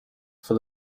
for